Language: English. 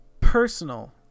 personal